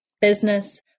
business